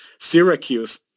Syracuse